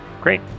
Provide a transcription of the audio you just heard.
great